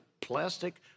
plastic